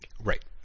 Right